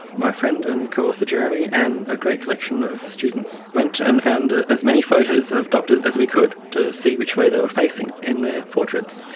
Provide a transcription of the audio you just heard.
my friend and co-author jeremy and a great collection of students went and found ah as many photos of doctors as we to see which way they were facing in their portraits.